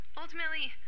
Ultimately